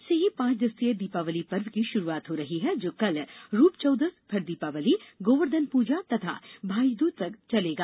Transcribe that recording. आज से ही पांच दिवसीय दीपावली पर्व की शुरुआत हो रही है जो कल रूपचौदस फिर दीपावली गोवर्धन पूजा तथा भाईदूज तक चलेगा